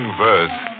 verse